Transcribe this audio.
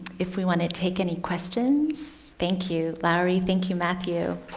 if we want to take any questions. thank you, lowery. thank you, matthew.